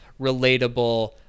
relatable